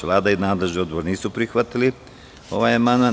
Vlada i nadležni odbor nisu prihvatili ovaj amandman.